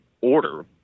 order